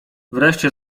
wreszcie